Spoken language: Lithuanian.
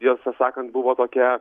tiesą sakant buvo tokia